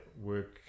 work